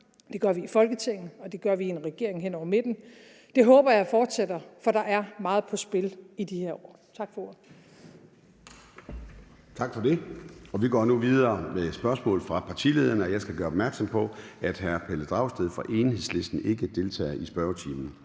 Det gør vi i Folketinget, og det gør vi i en regering hen over midten. Det håber jeg fortsætter, for der er meget på spil i de her år. Tak for ordet. Kl. 13:04 Formanden (Søren Gade): Tak for det. Vi går videre med spørgsmål fra partilederne. Jeg skal gøre opmærksom på, at hr. Pelle Dragsted fra Enhedslisten ikke deltager i spørgetimen.